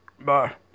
Bye